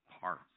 parts